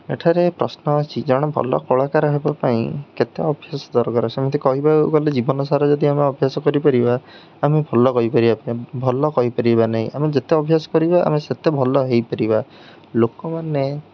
ଏଠାରେ ପ୍ରଶ୍ନ ଅଛି ଜଣେ ଭଲ କଳାକାର ହେବା ପାଇଁ କେତେ ଅଭ୍ୟାସ ଦରକାର ସେମିତି କହିବାକୁ ଗଲେ ଜୀବନସାରା ଯଦି ଆମେ ଅଭ୍ୟାସ କରିପାରିବା ଆମେ ଭଲ କହିପାରିବା ପାଇଁ ଭଲ କହିପାରିବା ନାହିଁ ଆମେ ଯେତେ ଅଭ୍ୟାସ କରିବା ଆମେ ସେତେ ଭଲ ହୋଇପାରିବା ଲୋକମାନେ